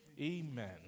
Amen